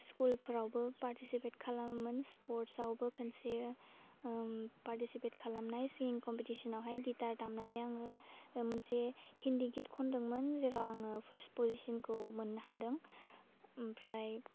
सिकुलफ्रावबो participate खालामोमोन स्पर्सआवबो खोनसे उम फारटिसिपेट खालामनाय सिंगिं खम्फटिसनावहाय गिथार दामनानै आङो मोनसे हिन्दी गिट खनदोंमोन जेराव आङो फोस फजिसनखौ मोन्नो हादों ओमफ्राय